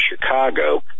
Chicago